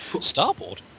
Starboard